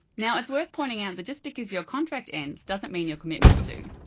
now it's worth pointing out that just because your contract ends, doesn't mean your commitments do.